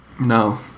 No